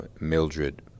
Mildred